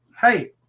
Hey